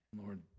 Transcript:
Lord